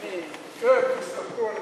כן, תסתפקו.